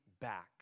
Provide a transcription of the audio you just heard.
back